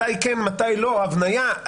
מתי כן ומתי לא, הבניה?